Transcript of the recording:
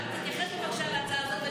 אבל רק תתייחס בבקשה להצעה הזאת,